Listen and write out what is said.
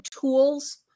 tools